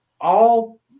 all-